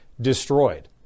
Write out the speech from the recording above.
destroyed